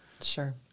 Sure